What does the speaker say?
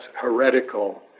heretical